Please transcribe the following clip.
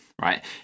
right